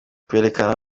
twerekana